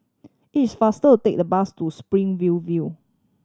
it is faster to take the bus to Spring View View